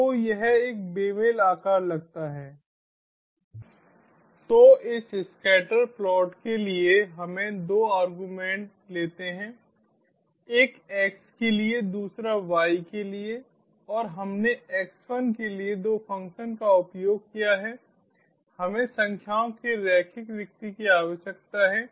तो यह एक बेमेल आकार लगता है तो इस स्कैटर प्लॉट के लिए हम दो आर्गुमेंट लेते हैं एक x के लिए दूसरा y के लिए और हमने X1 के लिए दो फ़ंक्शन का उपयोग किया है हमें संख्याओं के रैखिक रिक्ति की आवश्यकता है